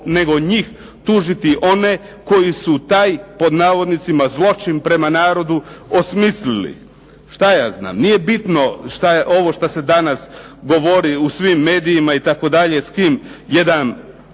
nego njih, tužiti one koji su taj "zločin" prema narodu osmislili. Nije bitno ono što se danas govori u medijima itd. s kim jedan